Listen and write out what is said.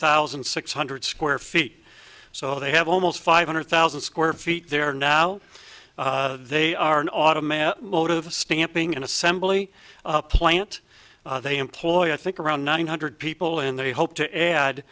thousand six hundred square feet so they have almost five hundred thousand square feet there now they are an automatic stamping an assembly plant they employ i think around nine hundred people and they hope to add